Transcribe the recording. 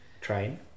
Train